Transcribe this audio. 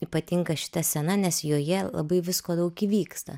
ypatinga šita scena nes joje labai visko daug įvyksta